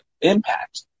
Impact